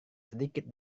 sedikit